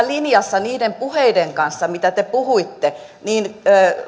linjassa niiden puheiden kanssa mitä te puhuitte niin